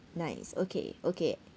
nice okay okay